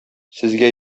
сезгә